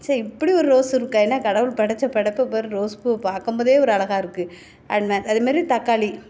ச்சே இப்படி ஒரு ரோஸ் இருக்கே என்ன கடவுள் படைச்ச படைப்பை பார் ரோஸ் பூவை பார்க்கும் போதே ஒரு அழகா இருக்குது அது மாரி அதே மாதிரி தக்காளி